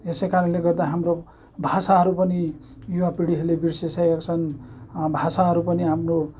यसै कारणले गर्दा हाम्रो भाषाहरू पनि युवापिँढीहरूले बिर्सिसकेका छन् भाषाहरू पनि हाम्रो